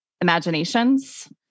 imaginations